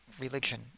religion